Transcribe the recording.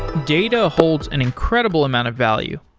data holds an incredible amount of value,